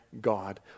God